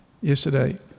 yesterday